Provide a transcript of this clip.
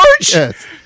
George